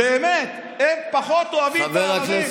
הם פחות אוהבים את הערבים,